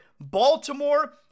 Baltimore